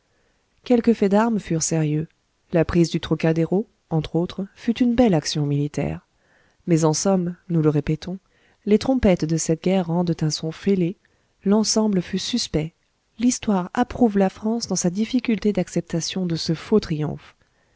quelques faits d'armes furent sérieux la prise du trocadéro entre autres fut une belle action militaire mais en somme nous le répétons les trompettes de cette guerre rendent un son fêlé l'ensemble fut suspect l'histoire approuve la france dans sa difficulté d'acceptation de ce faux triomphe